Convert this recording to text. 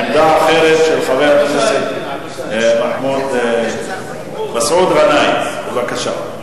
עמדה אחרת של חבר הכנסת מסעוד גנאים, בבקשה.